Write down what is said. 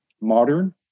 modern